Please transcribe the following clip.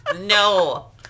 No